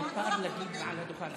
מותר להגיד מעל לדוכן.